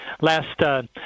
last